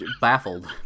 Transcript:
baffled